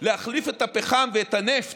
להחליף את הפחם ואת הנפט,